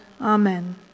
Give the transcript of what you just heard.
Amen